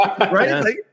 right